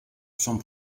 sont